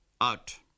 Out